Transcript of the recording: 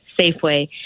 Safeway